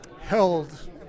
held